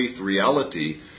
reality